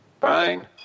Fine